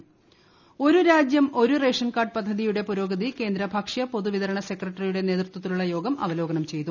P D S ഒരു രാജ്യം ഒരു റേഷൻ കാർഡ് പദ്ധതിയുടെ പുരോഗതി കേന്ദ്ര ഭക്ഷ്യ പൊതുവിതരണ സെക്രട്ടറിയുടെ നേതൃത്വത്തിലുള്ള യോഗം അവലോകനം ചെയ്തു